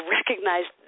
recognize